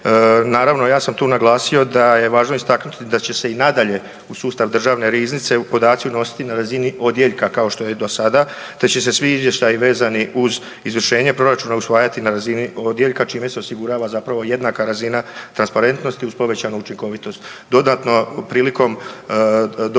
Naravno ja sam tu naglasio da je važno istaknuti da će se i nadalje u sustav državne riznice podaci unositi na razini odjeljka kao što je i do sada te će se svi izvještaji vezani uz izvršenje proračuna usvajati na razini odjeljka čime se osigurava zapravo jednaka razina transparentnosti uz povećanu učinkovitost. Dodatno prilikom, prilikom